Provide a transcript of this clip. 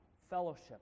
fellowship